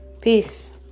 Peace